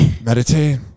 meditate